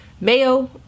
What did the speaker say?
mayo